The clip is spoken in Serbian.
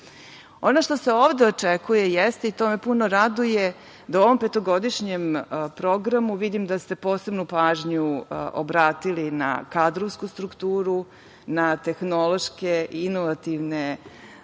što se ovde očekuje i jeste, to me puno raduje, da u ovom petogodišnjem programu vidim da ste posebnu pažnju obratili na kadrovsku strukturu, na tehnološke i inovativne